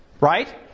Right